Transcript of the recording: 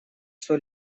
что